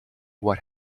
what